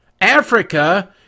Africa